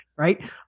Right